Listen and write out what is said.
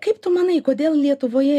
kaip tu manai kodėl lietuvoje